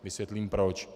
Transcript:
Vysvětlím proč.